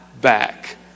back